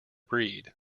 breed